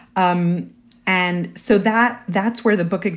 um and so that that's where the book is.